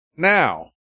now